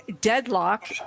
Deadlock